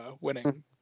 winning